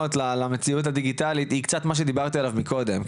למציאות הדיגיטלית היא קצת מה שדיברתי עליו קודם,